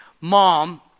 mom